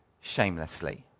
shamelessly